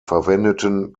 verwendeten